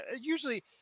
usually